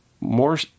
more